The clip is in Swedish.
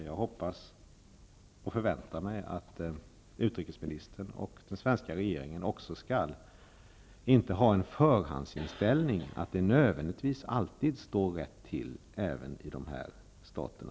Jag hoppas, och förväntar mig, att utrikesministern och den svenska regeringen inte utgår från att det nödvändigtvis alltid står rätt till även i de här staterna.